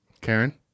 Karen